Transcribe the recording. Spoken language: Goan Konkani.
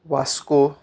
वास्को